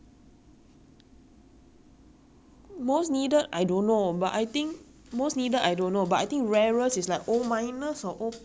most needed I don't know but I think most needed I don't know but I think rarest is like O minus or O plus 我不懂我不管了很怕啦